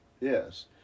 Yes